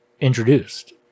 introduced